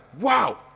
wow